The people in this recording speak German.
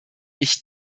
ich